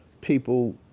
people